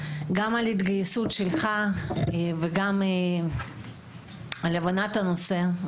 גם על ההתגייסות שלך וגם על הבנת הנושא.